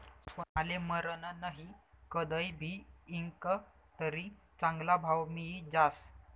सोनाले मरन नही, कदय भी ईकं तरी चांगला भाव मियी जास